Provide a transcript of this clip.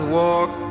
walk